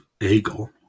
eagle